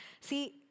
see